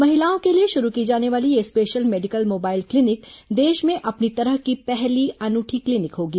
महिलाओं के लिए शुरू की जाने वाली यह स्पेशल मेडिकल मोबाइल क्लीनिक देश में अपनी तरह की पहली अनूठी क्लीनिक होगी